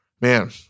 Man